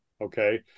okay